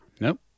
Nope